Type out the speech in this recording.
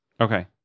Okay